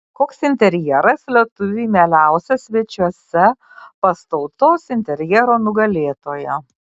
koks interjeras lietuviui mieliausias svečiuose pas tautos interjero nugalėtoją